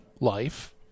life